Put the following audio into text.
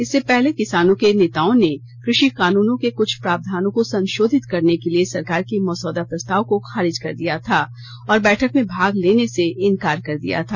इससे पहले किसानों के नेताओं ने कृषि कानूनों के कुछ प्रावधानों को संशोधित करने के सरकार के मसौदा प्रस्ताव को खारिज कर दिया था और बैठक में भाग लेने से इंकार कर दिया था